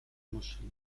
muszli